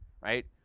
right